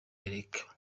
eric